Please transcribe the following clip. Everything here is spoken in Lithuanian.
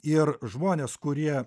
ir žmonės kurie